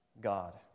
God